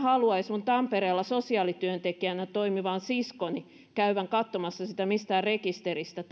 haluaisi minun tampereella sosiaalityöntekijänä toimivan siskoni tai minun kirjastonhoitajaäitini käyvän katsomassa sitä mistään rekisteristä